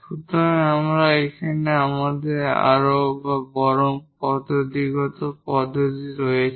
সুতরাং এখানে আমাদের আরও বা বরং পদ্ধতিগত পদ্ধতি রয়েছে